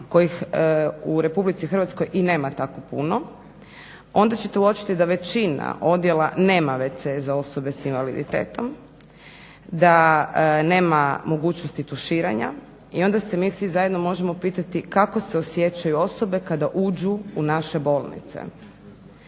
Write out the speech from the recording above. kojih u Republici Hrvatskoj i nema tako puno, onda ćete uočiti da većina odjela nema wc za osobe s invaliditetom, da nema mogućnosti tuširanja i onda se mi svi zajedno možemo pitati kako se osjećaju osobe kada uđu u naše bolnice.